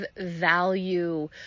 value